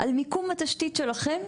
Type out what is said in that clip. על מיקום התשתית שלכם.